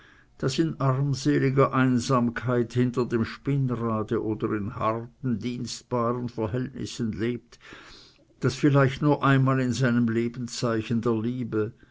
das in armseliger einsamkeit hinter dem spinnrade oder in harten dienstbaren verhältnissen lebt das vielleicht nur einmal in seinem leben zeichen der liebe